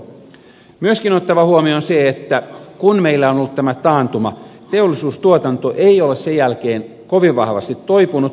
myöskin on otettava huomioon se että kun meillä on ollut tämä taantuma teollisuustuotanto ei ole sen jälkeen kovin vahvasti toipunut